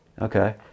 Okay